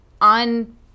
on